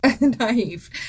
naive